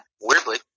Weirdly